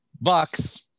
Bucks